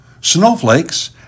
Snowflakes